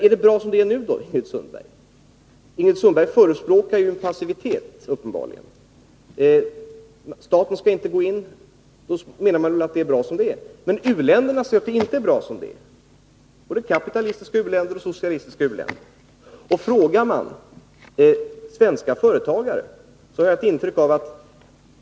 Är det bra som det är nu, Ingrid Sundberg? Ingrid Sundberg förespråkar uppenbarligen en passivitet. Staten skall inte gå in, utan man menar att det är bra som det är. Men u-länderna anserinte att det är bra som det är. Det gäller både kapitalistiska u-länder och socialistiska u-länder.